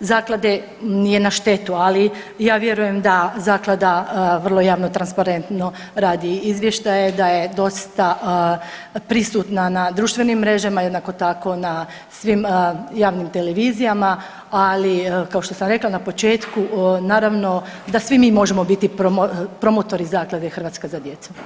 zaklade nije na štetu, ali ja vjerujem da zaklada vrlo javno i transparentno radi izvještaje, da je dosta prisutna na društvenim mrežama, jednako tako na svim javnim televizijama, ali kao što sam rekla na početku naravno da svi mi možemo biti promotori Zaklade „Hrvatska za djecu“